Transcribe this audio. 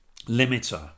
limiter